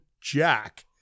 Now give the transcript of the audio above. Jack